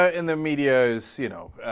ah in the media is ceo you know